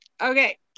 okay